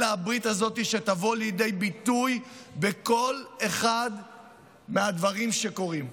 אלא הברית הזאת תבוא לידי ביטוי בכל אחד מהדברים שקורים.